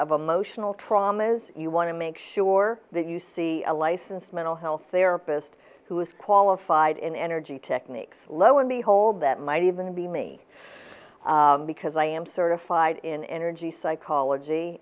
of emotional traumas you want to make sure that you see a licensed mental health their best who is qualified in energy techniques lo and behold that might even be me because i am certified in energy psychology